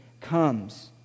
comes